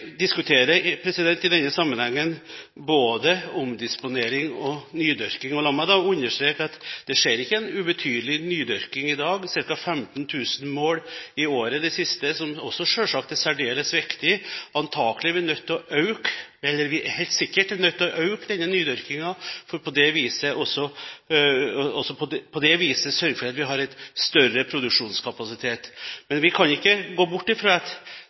diskuterer i denne sammenhengen både omdisponering og nydyrking. La meg da understreke at det skjer en ikke ubetydelig nydyrking i dag – ca. 15 000 mål i året i det siste – noe som selvsagt også er særdeles viktig. Vi er helt sikkert nødt til å øke denne nydyrkingen, for på det viset å sørge for at vi har en større produksjonskapasitet. Men vi kan ikke gå bort